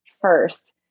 first